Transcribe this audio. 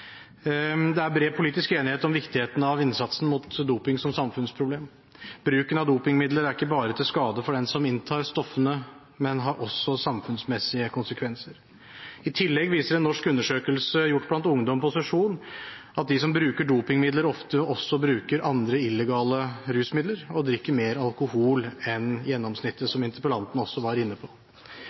Det er bred politisk enighet om viktigheten av innsatsen mot doping som samfunnsproblem. Bruken av dopingmidler er ikke bare til skade for den som inntar stoffene, men har også samfunnsmessige konsekvenser. I tillegg viser en norsk undersøkelse gjort blant ungdom på sesjon at de som bruker dopingmidler, ofte også bruker andre illegale rusmidler og drikker mer alkohol enn gjennomsnittet, som interpellanten også var inne på.